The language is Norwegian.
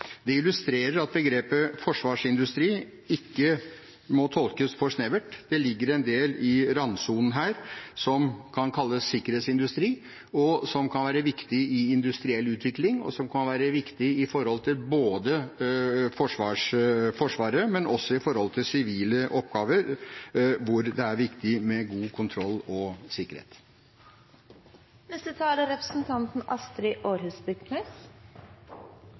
Det illustrerer at begrepet «forsvarsindustri» ikke må tolkes for snevert. Det ligger en del i randsonen her som kan kalles sikkerhetsindustri, som kan være viktig i industriell utvikling, og som kan være viktig både for Forsvaret og for sivile oppgaver hvor det er viktig med god kontroll og